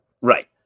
right